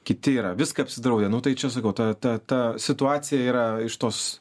kiti yra viską apsidraudę nu tai čia sakau ta ta ta situacija yra iš tos